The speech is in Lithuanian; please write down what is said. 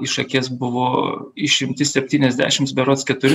iš akies buvo išimti septyniasdešims berods keturi